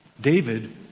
David